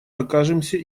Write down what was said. окажемся